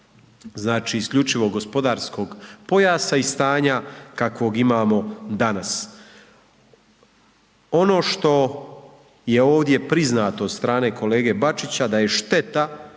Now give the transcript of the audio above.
znači, isključivog gospodarskog pojasa i stanja kakvog imamo danas. Ovo što je ovdje priznato od strane kolege Bačića da je šteta,